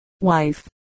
wife